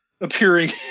appearing